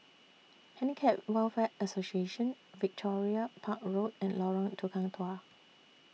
Handicap Welfare Association Victoria Park Road and Lorong Tukang Dua